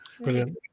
Brilliant